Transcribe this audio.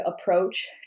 approach